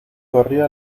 corrió